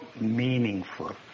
meaningful